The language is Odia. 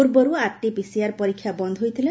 ପୂର୍ବରୁ ଆରଟିପିସିଆର ପରୀକ୍ଷା ବନ୍ଦ ହୋଇଥିଲା